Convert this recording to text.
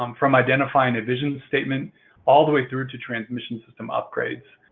um from identifying a vision statement all the way through to transmission system upgrades.